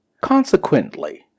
Consequently